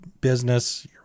business